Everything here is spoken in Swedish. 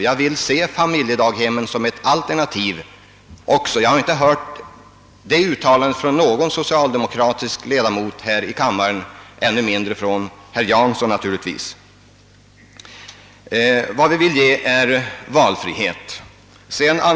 Jag vill nämligen också se familjedaghemmen som ett alternativ. Jag har inte hört detta uttalas från någon socialdemokratisk ledamot här i kammaren att familjedaghemmen skulle kunna vara ett alternativ och naturligtvis ännu mindre från herr Jansson. Vad vi vill ge är alltså större valfrihet och framför allt just nu bättre möjligheter över huvud taget till en bättre barntillsyn.